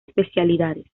especialidades